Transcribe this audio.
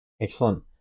Excellent